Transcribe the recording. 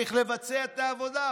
צריך לבצע את העבודה.